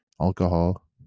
alcohol